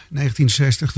1960